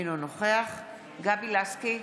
אינו נוכח גבי לסקי,